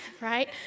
right